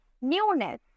newness